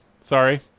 Sorry